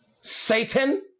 Satan